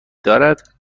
دارد